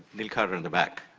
neil carter in the back.